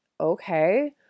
okay